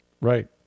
Right